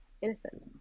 innocent